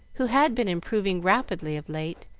who had been improving rapidly of late,